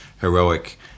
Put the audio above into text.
heroic